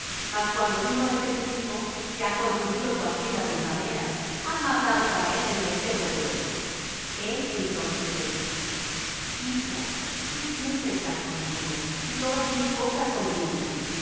mas cuando vino éste tu hijo que ha consumido tu hacienda con rameras has matado para él el becerro grueso el entonces le dijo hijo tú siempre estás conmigo y todas mis cosas son tuyas